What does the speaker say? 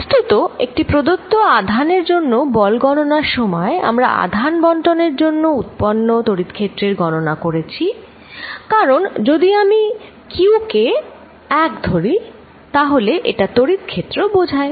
বস্তুত একটি প্রদত্ত আধান এর জন্য বল গণনার সময় আমরা আধান বন্টনের জন্য উৎপন্ন তড়িৎক্ষেত্রের গণনা করেছি কারণ যদি আমি q কে 1 ধরি তাহলে এটা তড়িৎ ক্ষেত্র বোঝায়